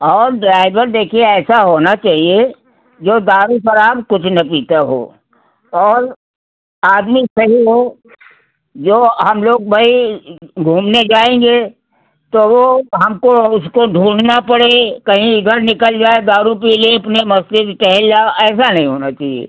और ड्राइवर देखिए ऐसा होना चहिए जो दारू शराब कुछ न पीता हो और आदमी सही हो जो हम लोग भई घूमने जाएँगे तो वो हमको उसको ढूँढना पड़े कहीं इधर निकल जाए दारू पी ले अपने मस्ती से टहल जाओ ऐसा नहीं होना चाहिए